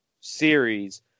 series